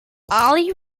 ali